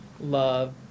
love